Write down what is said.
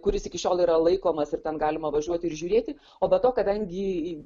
kuris iki šiol yra laikomas ir ten galima važiuoti ir žiūrėti o be to kadangi